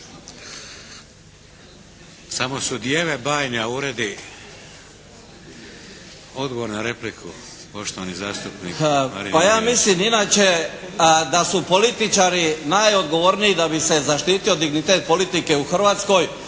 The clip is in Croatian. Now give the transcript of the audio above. Samo su djeve bajne, a uredi. Odgovor na repliku poštovani zastupnik Marin Jurjević. **Jurjević, Marin (SDP)** Pa ja mislim inače da su političari najodgovorniji da bi se zaštitio dignitet politike u Hrvatskoj